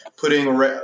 Putting